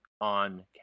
on